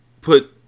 put